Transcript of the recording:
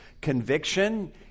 conviction